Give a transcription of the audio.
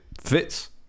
fits